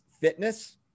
fitness